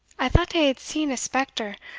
i thought i had seen a spectre,